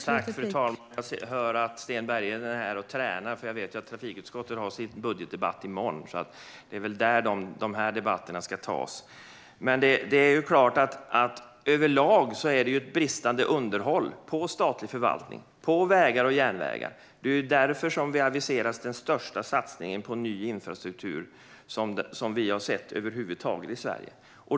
Fru talman! Jag hör att Sten Bergheden är här och tränar, för jag vet att trafikutskottet har sin budgetdebatt i morgon. Det är väl där dessa frågor ska tas. Det är klart att underhållet i statlig förvaltning och av vägar och järnvägar överlag är bristande. Det är därför vi har aviserat den största satsning på ny infrastruktur vi över huvud taget har sett i Sverige.